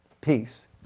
Peace